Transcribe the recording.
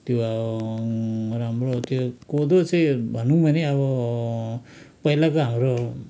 त्यो राम्रो त्यो कोदो चाहिँ भनूँ भने अब पहिलाको हाम्रो